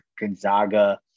Gonzaga